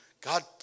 God